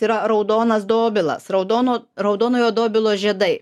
yra raudonas dobilas raudono raudonojo dobilo žiedai